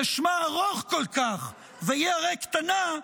ששמה ארוך כל כך והיא הרי קטנה,